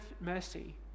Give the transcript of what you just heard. mercy